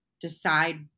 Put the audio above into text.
decide